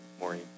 Maureen